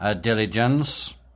diligence